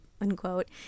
unquote